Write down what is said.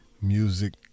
Music